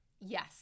Yes